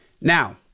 Now